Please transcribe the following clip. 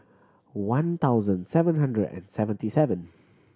one thousand seven hundred and seventy seven